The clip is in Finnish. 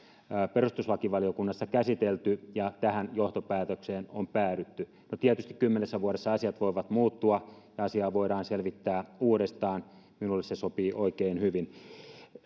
perustuslakivaliokunnassa käsitelty ja tähän johtopäätökseen on päädytty no tietysti kymmenessä vuodessa asiat voivat muuttua ja asiaa voidaan selvittää uudestaan minulle se sopii oikein hyvin